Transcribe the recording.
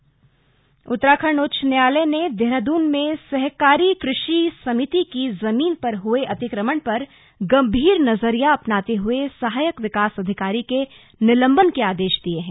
निलंबन उत्तराखंड उच्च न्यायालय ने देहरादून में सहकारी कृषि समिति की जमीन पर हुए अतिक्रमण पर गंभीर नजरिया अपनाते हये सहायक विकास अधिकारी के निलंबन के आदेश दिये हैं